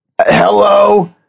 hello